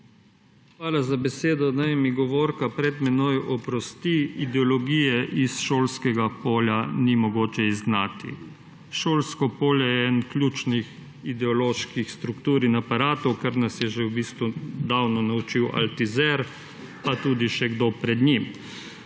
Hvala za besedo. Naj mi govorka pred menoj oprosti, ideologije iz šolskega polja ni mogoče izgnati. Šolsko polje je eden ključnih ideoloških struktur in aparatov, česar nas je v bistvu že davno naučil Altizer, pa tudi še kdo pred njim.